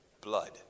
blood